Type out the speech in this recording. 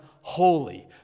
holy